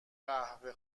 قهوه